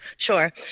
Sure